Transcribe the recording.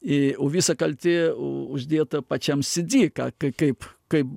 į o visa kaltė u uždėta pačiam cd ką kai kaip kai